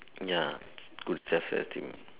ya good self esteem